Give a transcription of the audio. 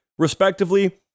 Respectively